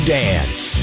dance